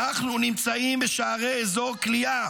אנחנו נמצאים בשערי אזור כליאה